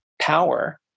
power